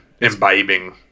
imbibing